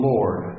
Lord